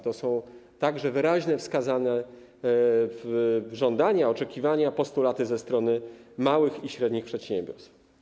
To są wyraźnie wskazane żądania, oczekiwania, postulaty ze strony małych i średnich przedsiębiorstw.